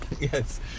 Yes